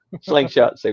Slingshot